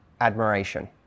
admiration